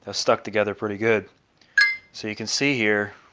ah stuck together pretty good so you can see here.